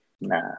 nah